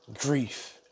grief